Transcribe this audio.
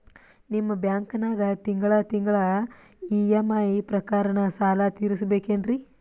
ನಿಮ್ಮ ಬ್ಯಾಂಕನಾಗ ತಿಂಗಳ ತಿಂಗಳ ಇ.ಎಂ.ಐ ಪ್ರಕಾರನ ಸಾಲ ತೀರಿಸಬೇಕೆನ್ರೀ?